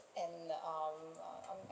and um um